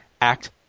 Act